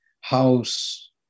house